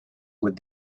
with